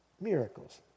miracles